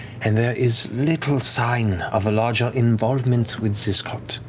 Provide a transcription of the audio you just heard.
and there is little sign of a larger involvement with this cult.